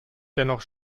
dennoch